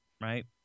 right